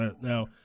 Now